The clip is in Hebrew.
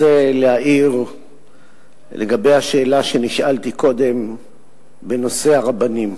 אני רוצה להעיר לגבי השאלה שנשאלתי קודם בנושא הרבנים.